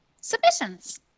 submissions